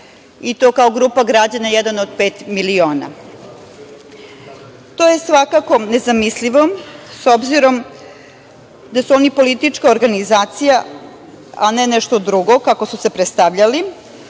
i to kao grupa građana „1 od 5 miliona“. To je svakako nezamislivo s obzirom da su oni politička organizacija, a ne nešto drugo kako su se predstavljali.